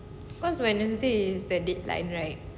cause wednesday is that dateline right